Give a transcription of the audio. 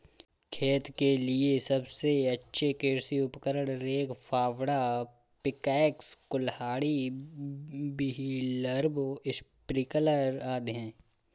खेत के लिए सबसे अच्छे कृषि उपकरण, रेक, फावड़ा, पिकैक्स, कुल्हाड़ी, व्हीलब्रो, स्प्रिंकलर आदि है